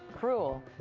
cruel.